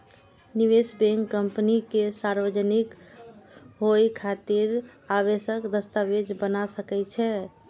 निवेश bank company के सार्वजनिक होइ खातिर आवश्यक दस्तावेज बना सकै छै